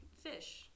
fish